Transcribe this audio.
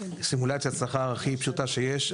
סימולציית שכר הכי פשוטה שיש.